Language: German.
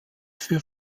für